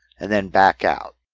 and then back out.